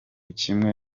kimwe